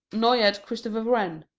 nor yet christopher wren.